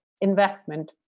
investment